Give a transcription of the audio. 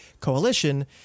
coalition